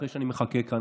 אחרי שאני מחכה כאן.